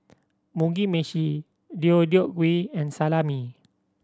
Mugi Meshi Deodeok Gui and Salami